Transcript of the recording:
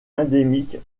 endémique